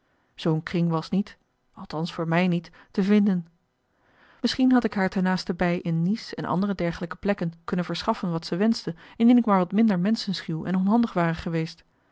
zoo'n kring was niet althans voor mij niet te vinden misschien had ik haar ten naastenbij in nice en andere dergelijke plekken kunnen verschaffen wat ze wenschte indien ik maar wat minder menschenschuw en onhandig ware geweest